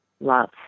love